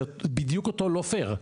זה בדיוק אותו לא פייר.